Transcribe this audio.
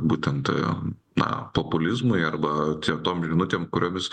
būtent na populizmui arba tie tom žinutėm kuriomis